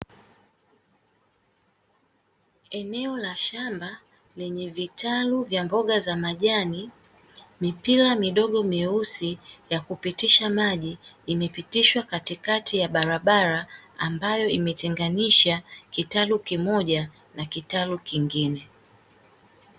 Eneo la shamba lenye vitalu vya mboga za majani, mipira midogo myeusi ya kupitisha maji imepitishwa katikati ya barabara ambayo imetenganisha kitalu kimoja na kitalu kingine.